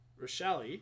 Rochelle